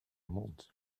mond